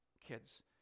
kids